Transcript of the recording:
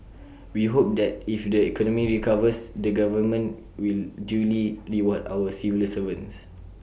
we hope that if the economy recovers the government will duly reward our civil servants